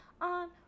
on